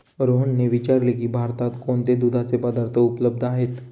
रोहनने विचारले की भारतात कोणते दुधाचे पदार्थ उपलब्ध आहेत?